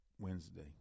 Wednesday